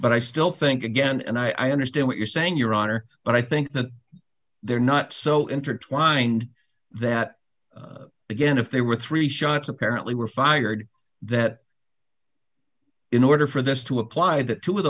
but i still think again and i understand what you're saying your honor but i think that they're not so intertwined that again if there were three shots apparently were fired that in order for this to apply that to